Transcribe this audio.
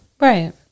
Right